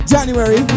January